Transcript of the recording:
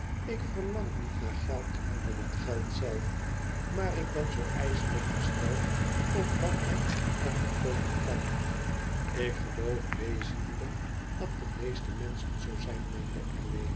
ik verlang niet naar geld om het geld zelf maar ik ben zoo ijselijk gesteld op wat men er voor koopen kan ik geloof wezenlijk dat de meeste menschen zoo zijn meende